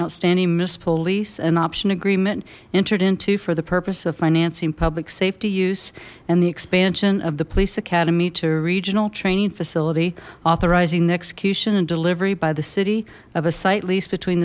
outstanding miss police an option agreement entered into for the purpose of financing public safety use and the expansion of the police academy to a regional training facility authorizing the execution and delivery by the city of a site lease between